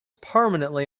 permanently